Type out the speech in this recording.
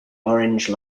orange